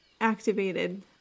activated